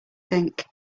think